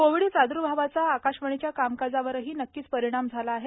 Covid प्रादुर्भावाचा आकाशवाणीच्या कामकाजावरही नक्कीच परिणाम झाला आहे